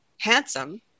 Handsome